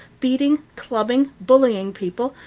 beating, clubbing, bullying people,